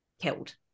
killed